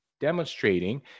demonstrating